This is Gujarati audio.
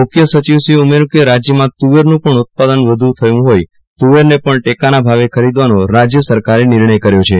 મુખ્ય સચિવશ્રીએ ઉમેર્યું કે રાજ્યમાં તુવેરનું પજ્ઞ ઉત્પાદન વધુ થયું હોઇ તુવરને પજ્ઞ ટેકાના ભાવે ખરીદવાનો રાજ્ય સરકારે નિર્ણય કર્યો છે